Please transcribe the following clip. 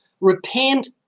Repent